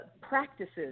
practices